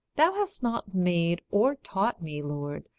thou hast not made, or taught me, lord,